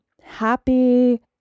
happy